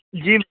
جی